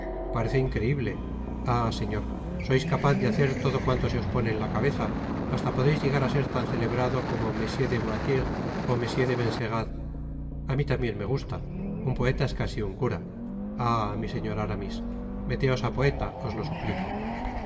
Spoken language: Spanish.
parece increible ah señor sois capaz de hacer todo cuanto se os pone en la cabeza hasta podeis llegar á ser tan celebrado como m de voiture ó m de benserade a mi tambien me gusta un poeta es casi un cura ah mi señor aramis meteos á poeta os lo suplico